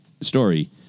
story